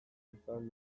izan